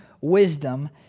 wisdom